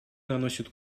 наносит